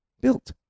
built